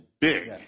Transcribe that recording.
big